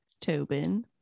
Tobin